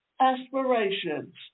aspirations